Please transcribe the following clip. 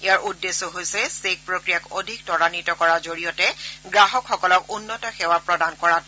ইয়াৰ উদ্দেশ্য হৈছে চেক প্ৰক্ৰিয়াক অধিক তৰাদ্বিত কৰাৰ জৰিয়তে গ্ৰাহকসকলক উন্নত সেৱা প্ৰদান কৰাটো